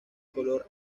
color